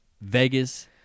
Vegas